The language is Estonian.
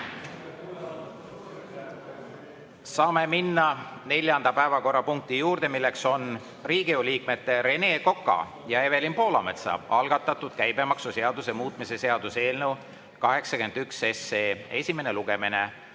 Saame minna neljanda päevakorrapunkti juurde: Riigikogu liikmete Rene Koka ja Evelin Poolametsa algatatud käibemaksuseaduse muutmise seaduse eelnõu 81 esimene lugemine.